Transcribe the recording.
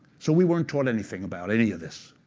so we weren't told anything about any of this.